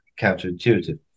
counterintuitive